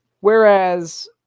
Whereas